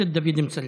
חבר הכנסת דוד אמסלם.